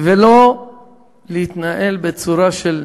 ולא להתנהל בצורה של